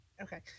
Okay